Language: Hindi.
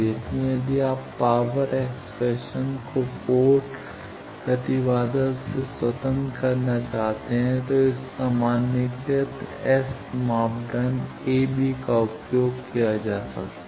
इसलिए यदि आप पावर एक्सप्रेशन को पोर्ट प्रतिबाधा से स्वतंत्र बनाना चाहते हैं तो इस सामान्यीकृत S मापदंड a b का उपयोग किया जा सकता है